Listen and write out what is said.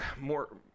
more